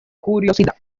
curiosidad